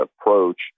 approach